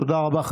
תודה רבה.